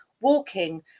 walking